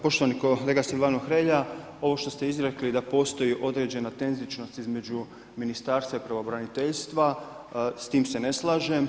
Poštovani kolega Silvano Hrelja, ovo što ste izrekli da postoji određena tenzičnost između ministarstva i pravobraniteljstva, s tim se ne slažem.